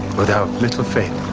o thou of little faith,